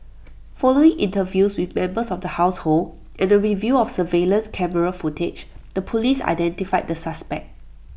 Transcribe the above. following interviews with members of the household and A review of surveillance camera footage the Police identified the suspect